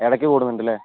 ഇടയ്ക്ക് കൂടുന്നുണ്ടല്ലേ